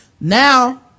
Now